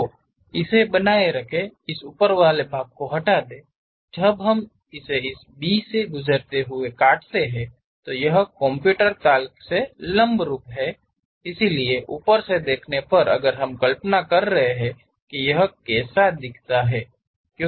तो इसे बनाए रखें इस ऊपर वाले भाग को हटा दें जब हम इसे इस बी से गुजरते हुए काटते हैं तो यह कंप्यूटर ताल से लंबरूप है इसलिए ऊपर से देखने पर अगर हम कल्पना कर रहे हैं कि यह कैसा दिखता है